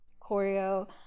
choreo